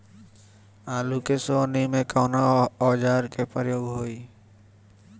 आलू के सोहनी में कवना औजार के प्रयोग होई?